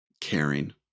caring